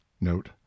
note